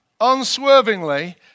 unswervingly